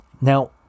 Now